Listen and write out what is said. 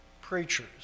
preachers